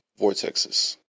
vortexes